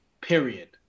period